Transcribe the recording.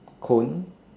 cone